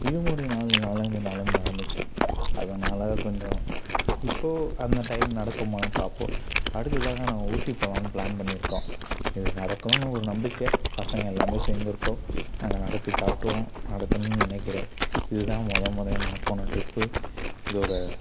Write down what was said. இதுமாதிரி நால் நாளாக இந்த நாளாம் நடந்துச்சு அதனால கொஞ்சம் இப்போ அந்த டைம் நடக்குமான்னு பார்ப்போம் அடுத்தாக நாங்கள் ஊட்டி போகலான்னு ப்ளான் பண்ணிருக்கோம் இது நடக்குன்னு ஒரு நம்பிக்கை பசங்க எல்லாமே சேர்ந்துருக்கோம் நாங்கள் நடத்தி காட்டுவோம் நடத்துணுன்னு நினைக்கிறேன் இது தான் மொதமுறையா நாங்கள் போன ட்ரிப்பு இதோட